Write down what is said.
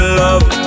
love